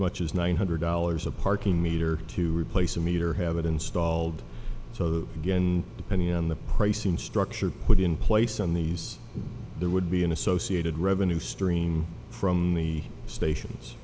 much as nine hundred dollars a parking meter to replace a meter have it installed so the again depending on the pricing structure put in place in these there would be an associated revenue stream from the stations